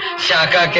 shakka.